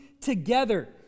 together